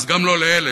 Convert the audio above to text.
אז גם לא לאלה,